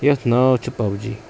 یتھ ناو چھِ پَب جی